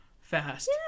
fast